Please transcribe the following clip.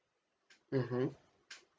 mmhmm